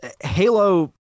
halo